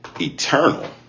eternal